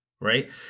right